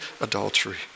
adultery